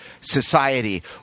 society